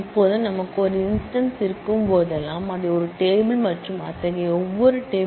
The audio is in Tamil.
இப்போது நமக்கு ஒரு இன்ஸ்டன்ஸ் இருக்கும்போதெல்லாம் அதை ஒரு டேபிளாக குறிக்கிறோம்